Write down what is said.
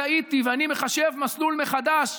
טעיתי ואני מחשב מסלול מחדש,